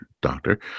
doctor